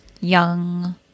young